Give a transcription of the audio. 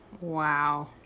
Wow